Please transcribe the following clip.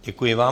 Děkuji vám.